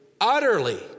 utterly